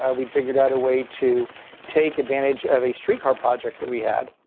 ah we'd figured out a way to take advantage of a streetcar project that we had.